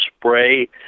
spray